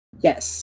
Yes